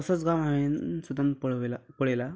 असोच गांव हांवें सदांच पळवयला पळयलां